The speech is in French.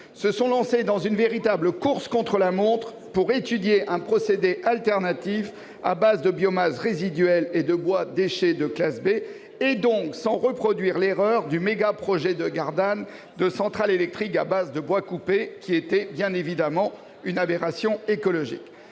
se sont lancées dans une véritable course contre la montre pour étudier un procédé alternatif à base de biomasse résiduelle et de bois déchets de classe B, et donc sans reproduire l'erreur du mégaprojet de Gardanne de centrale électrique à base de bois coupé, qui était bien évidemment une aberration écologique.